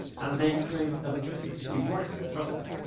and they create electricity. it works, trust me.